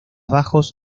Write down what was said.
bajos